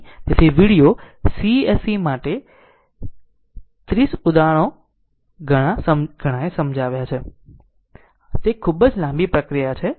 તેથી video c se માટે 30 ઉદાહરણો ઘણાંએ સમજાવ્યા તે ખૂબ જ લાંબી પ્રક્રિયા છે